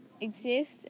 exist